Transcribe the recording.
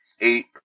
eight